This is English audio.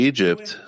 Egypt